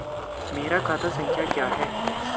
मेरा खाता संख्या क्या है?